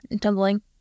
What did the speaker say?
tumbling